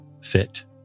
fit